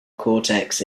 cortex